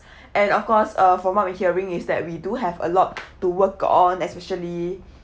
and of course uh from what I'm hearing is that we do have a lot to work on especially